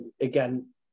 again